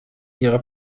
ihre